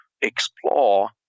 explore